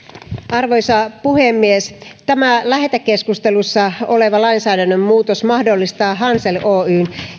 arvoisa puhemies tämä lähetekeskustelussa oleva lainsäädännön muutos mahdollistaa hansel oyn